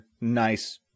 nice